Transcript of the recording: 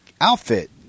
outfit